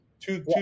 Two